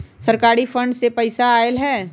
सरकारी फंड से पईसा आयल ह?